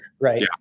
right